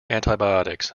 antibiotics